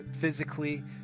physically